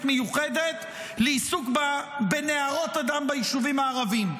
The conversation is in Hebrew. מיוחדת לעיסוק בנהרות הדם ביישובים הערביים.